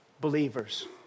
Believers